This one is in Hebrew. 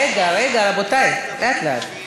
רגע, רגע, רבותי, לאט-לאט.